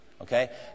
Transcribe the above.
Okay